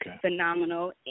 phenomenal